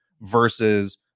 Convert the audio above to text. versus